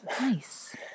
Nice